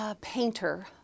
Painter